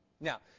Now